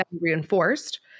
reinforced